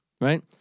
right